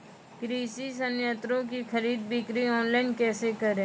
कृषि संयंत्रों की खरीद बिक्री ऑनलाइन कैसे करे?